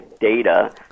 data